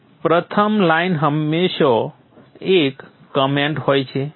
અહીં પ્રથમ લાઇન હંમેશાં એક કમેન્ટ હોય છે